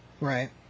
Right